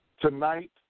Tonight